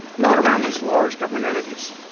not around these large government entities.